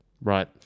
Right